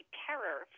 terror